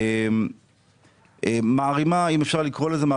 אם אפשר לקרוא לזה,